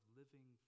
living